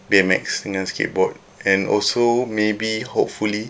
B_M_X dengan skateboard and also maybe hopefully